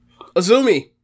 Azumi